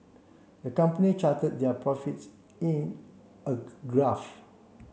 the company charted their profits in a graph